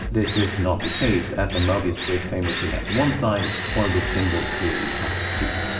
this is not the case as a mobius strip famously has one side while this symbol clearly has two.